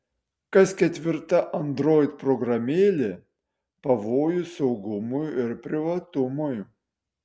kas ketvirta android programėlė pavojus saugumui ir privatumui